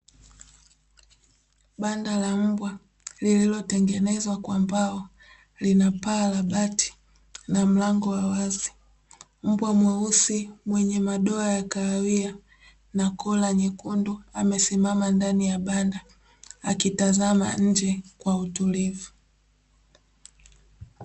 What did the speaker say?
Banda la mbwa lililotengenezwa kwa mbao lina paa la bati na mlango wa wazi, mbwa mweusi mwenye madoa ya kahawia na kola nyekundu amesimama ndani ya banda, akitazama nje kwa utulivu.